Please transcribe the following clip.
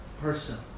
person